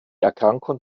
erkrankung